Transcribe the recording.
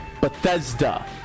Bethesda